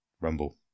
rumble